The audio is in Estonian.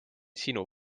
sinu